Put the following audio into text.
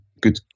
good